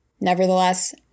Nevertheless